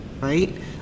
right